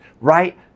right